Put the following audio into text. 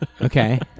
Okay